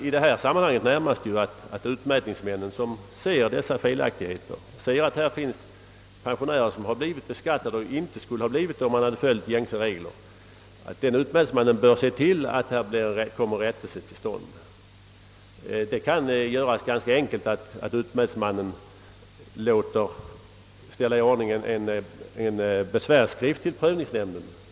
I det här sammanhanget innebär det närmast att utmätningsmännen som märker att folkpensionärer blivit oriktigt beskattade enligt gängse regler tillser att rättelse kommer till stånd. Rättelse kan ske ganska enkelt på så sätt att utmätningsmannen låter ställa i ordning en besvärsskrift till prövningsnämnden.